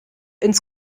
ins